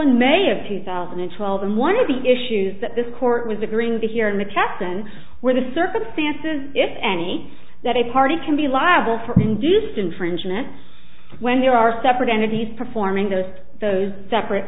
in may of two thousand and twelve and one of the issues that this court was agreeing to here in the captain were the circumstances if any that a party can be liable for induced infringement when there are separate entities performing those those separate